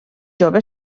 jove